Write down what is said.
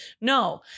No